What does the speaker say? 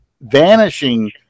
vanishing